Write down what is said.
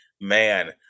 Man